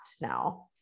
now